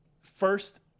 First